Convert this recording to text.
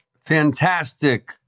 Fantastic